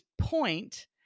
point